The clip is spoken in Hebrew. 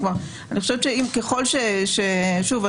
שוב,